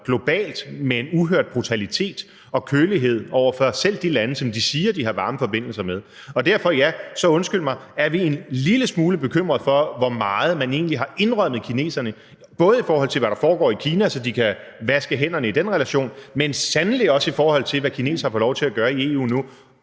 globalt med en uhørt brutalitet og kølighed over for selv de lande, som de siger de har varme forbindelser med. Så derfor, ja, undskyld mig, er vi en lille smule bekymrede for, hvor meget man egentlig har indrømmet kineserne, både i forhold til hvad der foregår i Kina, så de kan vaske hænderne i den relation, men sandelig også i forhold til hvad kinesere får lov til at gøre i EU nu.